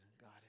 God